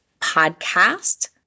podcast